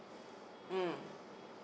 mm